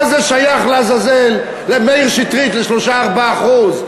מה זה שייך, לעזאזל, מאיר שטרית, ל-3%, 4%?